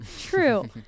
True